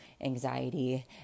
anxiety